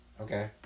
Okay